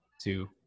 two